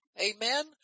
Amen